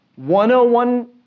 101